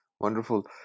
Wonderful